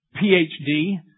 Ph.D